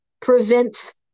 prevents